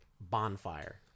bonfire